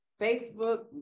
Facebook